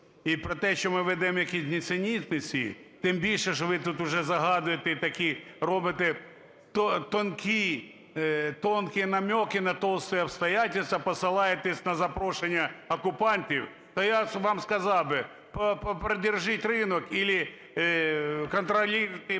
і про те, що ми ведемо якісь нісенітниці, тим більше, що ви тут уже згадуєте такі, робите тонкие намеки на толстые обстоятельства, посилаєтеся на запрошення окупантів. То я вам сказав би, попридержіть ринок або контролируйте